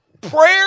Prayer